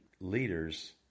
leaders